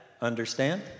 Understand